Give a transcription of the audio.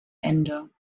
ende